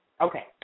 Okay